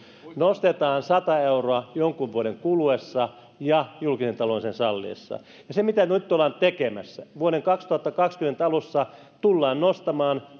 nostetaan sata euroa jonkun vuoden kuluessa ja julkisen talouden sen salliessa se mitä nyt ollaan tekemässä vuoden kaksituhattakaksikymmentä alussa tullaan nostamaan